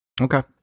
Okay